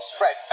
Right